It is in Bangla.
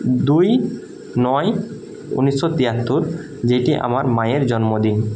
দুই নয় উনিশশো তিয়াত্তর যেটি আমার মায়ের জন্মদিন